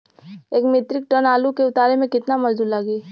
एक metric ton आलू के उतारे मे कितना मजदूर लागि?